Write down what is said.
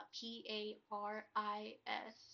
P-A-R-I-S